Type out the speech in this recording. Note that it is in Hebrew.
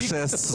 אושר.